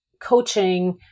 coaching